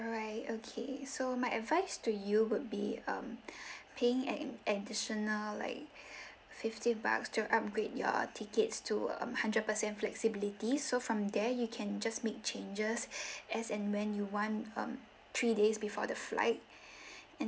alright okay so my advice to you would be um paying an additional like fifty bucks to upgrade your tickets to um hundred per cent flexibility so from there you can just make changes as and when you want um three days before the flight